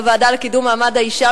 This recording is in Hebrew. בוועדה לקידום מעמד האשה,